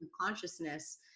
consciousness